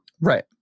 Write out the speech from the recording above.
Right